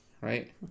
right